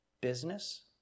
business